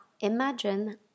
imagine